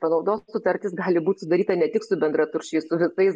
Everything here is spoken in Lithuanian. panaudos sutartis gali būt sudaryta ne tik su bendraturčiais su visais